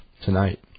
tonight